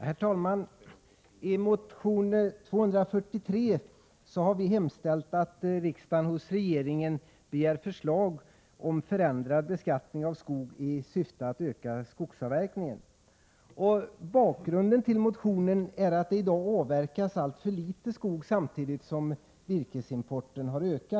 Herr talman! I motion 243 har vi hemställt att riksdagen hos regeringen begär förslag om förändrad beskattning av skog i syfte att öka skogsavverkningen. Bakgrunden till motionen är att det i dag avverkas alltför litet skog samtidigt som virkesimporten har ökat.